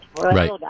Right